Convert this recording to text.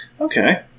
Okay